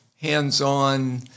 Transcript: hands-on